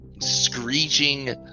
screeching